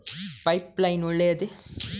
Pipe line ಒಳ್ಳೆಯದೇ?